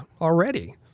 already